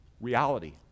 reality